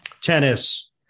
Tennis